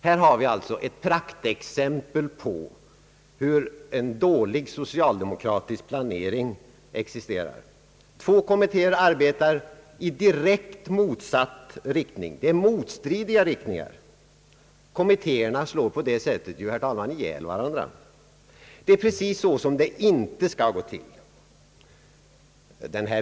Här har vi alltså ett praktexempel på dålig socialdemokratisk planering. Två kommittéer arbetar i direkt motstridiga riktningar. Kommittéerna slår ju på det sättet ihjäl varandra. Det är precis så som det inte skall gå till.